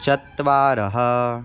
चत्वारः